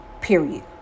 Period